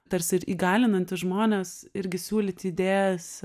tarsi ir įgalinantis žmones irgi siūlyti idėjas